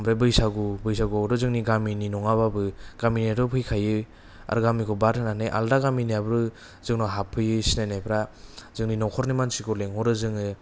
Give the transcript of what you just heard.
ओमफ्राय बैसागु बैसागुआवथ' जोंनि गामिनि नङाबाबो गामिनियाथ' फैखायो आर गामिखौ बाद होनानै आलदा गामिनियाबो जोंनाव हाबफैयो सिनायनायफ्रा जोंनि न'खरनि मानसिखौ लिंहरो जोङो